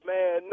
Man